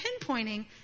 pinpointing